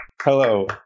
Hello